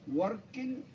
working